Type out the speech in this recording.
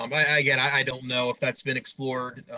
um i ah yeah i don't know if that's been explored.